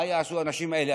מה יעשו האנשים האלה?